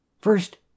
First